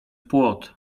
płot